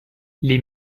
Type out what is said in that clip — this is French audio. les